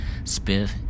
Spiff